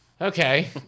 Okay